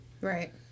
Right